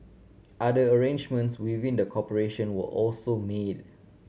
other arrangements within the corporation were also made